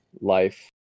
life